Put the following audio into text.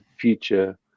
future